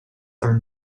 are